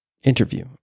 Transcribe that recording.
interview